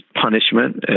punishment